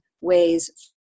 ways